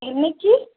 என்னைக்கு